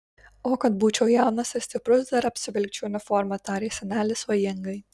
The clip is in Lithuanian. o kad būčiau jaunas ir stiprus dar apsivilkčiau uniformą tarė senelis svajingai